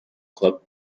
club